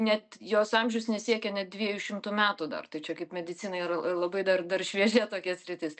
net jos amžius nesiekia net dviejų šimtų metų dar tai čia kaip medicinai yra labai dar dar šviežia tokia sritis